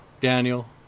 Daniel